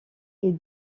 est